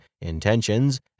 intentions